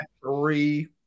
three